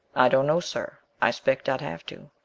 i don't know, sir, i spec i'd have to.